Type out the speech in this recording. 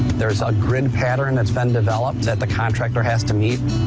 there's a grid pattern that's been developed that the contractor has to meet.